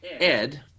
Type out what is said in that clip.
ed